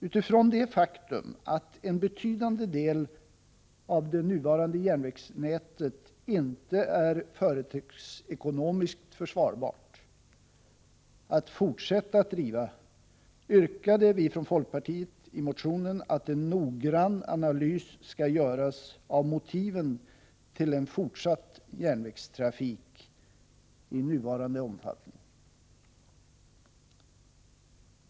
Utifrån det faktum att en betydande del av det nuvarande järnvägsnätet inte är företagsekonomiskt försvarbar att fortsätta att driva yrkade folkpartiet i sin motion att en noggrann analys skall göras av motiven till en fortsatt järnvägstrafik i nuvarande omfattning.